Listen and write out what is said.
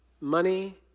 money